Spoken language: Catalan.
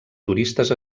turistes